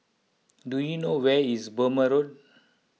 do you know where is Burmah Road